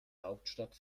hauptstadt